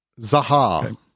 Zaha